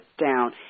down